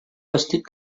vestit